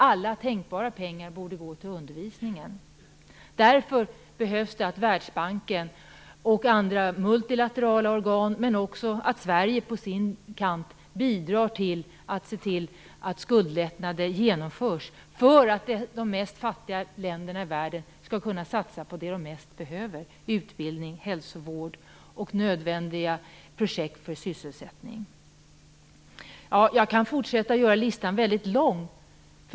Alla tänkbara pengar borde gå till undervisningen. Därför måste Världsbanken och andra multilaterala organ, men också Sverige på sin kant, bidra till att se till att skuldlättnader genomförs för att de mest fattiga länderna i världen skall kunna satsa på det de mest behöver: utbildning, hälsovård och nödvändiga projekt för sysselsättning. Jag kan fortsätta att göra listan lång.